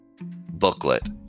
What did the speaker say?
booklet